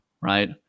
right